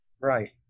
Right